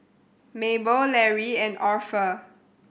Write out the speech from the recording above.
Mabel Larry and Orpha